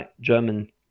German